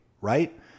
right